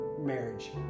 marriage